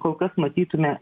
kol kas matytume